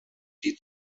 die